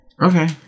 Okay